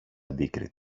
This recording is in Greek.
αντίκρυ